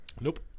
Nope